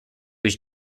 was